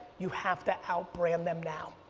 you have to out brand them now.